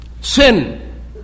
sin